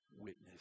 witness